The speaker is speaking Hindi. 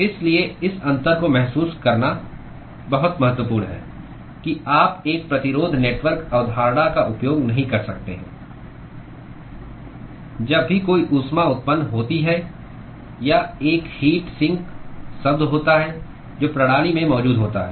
इसलिए इस अंतर को महसूस करना बहुत महत्वपूर्ण है कि आप एक प्रतिरोध नेटवर्क अवधारणा का उपयोग नहीं कर सकते हैं जब भी कोई ऊष्मा उत्पन्न होती है या एक हीट सिंक शब्द होता है जो प्रणाली में मौजूद होता है